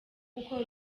gukora